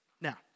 now